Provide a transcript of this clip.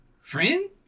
friend